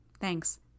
thanks